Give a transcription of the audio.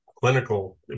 clinical